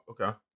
Okay